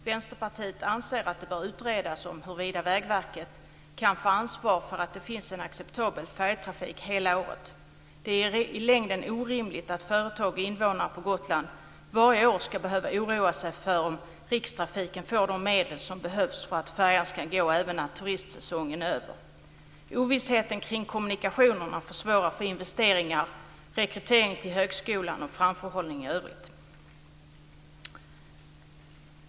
Vänsterpartiet anser att det bör utredas om Vägverket kan få ansvar för att det finns en acceptabel färjetrafik hela året. Det är i längden orimligt att företag och invånare på Gotland varje år ska behöva oroa sig för om Rikstrafiken får de medel som behövs för att färjan ska gå även när turistsäsongen är över. Ovissheten kring kommunikationerna försvårar för investeringar, rekrytering till högskolan och framförhållning i övrigt.